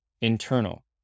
internal